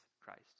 Christ